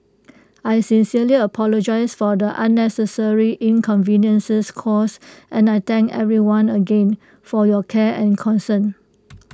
I sincerely apologise for the unnecessary inconveniences caused and I thank everyone again for your care and concern